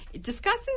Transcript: discussing